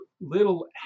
little